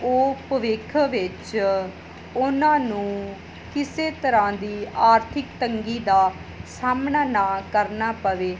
ਉਹ ਭਵਿੱਖ ਵਿੱਚ ਉਹਨਾਂ ਨੂੰ ਕਿਸੇ ਤਰ੍ਹਾਂ ਦੀ ਆਰਥਿਕ ਤੰਗੀ ਦਾ ਸਾਹਮਣਾ ਨਾ ਕਰਨਾ ਪਵੇ